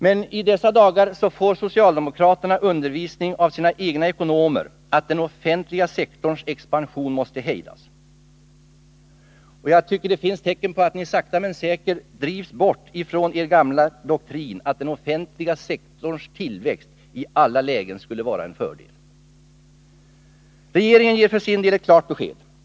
Men i dessa dagar får socialdemokraterna undervisning av sina egna ekonomer om att den offentliga sektorns expansion måste hejdas. Jag tycker det finns tecken på att ni sakta men säkert drivs bort från er gamla doktrin att den offentliga sektorns tillväxt i alla lägen skulle vara en fördel. Regeringen ger för sin del ett klart besked.